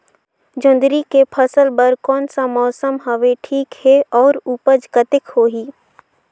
जोंदरी के फसल बर कोन सा मौसम हवे ठीक हे अउर ऊपज कतेक होही?